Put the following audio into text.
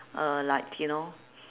uh like you know